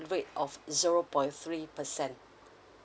rate of zero point three percent